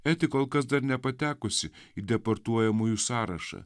ne tik kol kas dar nepatekusi į deportuojamųjų sąrašą